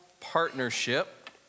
partnership